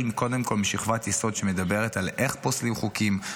קודם כול משכבת יסוד שמדברת על איך פוסלים חוקים,